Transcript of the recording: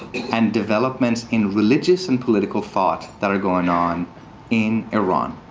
and developments in religious and political thought, that are going on in iran.